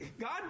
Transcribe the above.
God